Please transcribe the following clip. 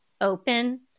open